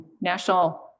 National